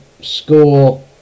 score